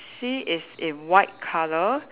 ~xi is in white colour